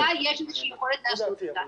--- לוועדה יש איזה שהיא יכולת לעשות אותה.